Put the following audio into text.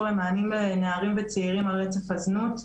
למענים לנערים וצעירים על רצף הזנות.